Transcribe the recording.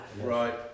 Right